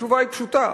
התשובה היא פשוטה.